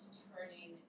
turning